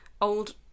old